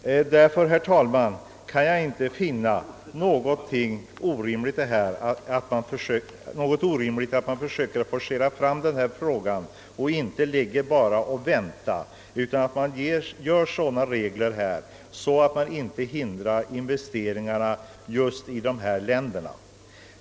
Därför, herr talman, kan jag inte finna det orimligt att man försöker forcera denna fråga. Vi skall inte bara vänta utan vi bör införa sådana regler, att man inte hindrar investeringarna just i dessa länder.